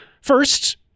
First